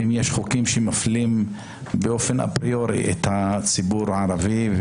יש חוקים שמפלים באופן אפריורי את הציבור הערבי,